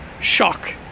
shock